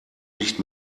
nicht